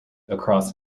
across